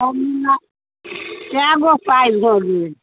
कए गो पाइ भऽ गेल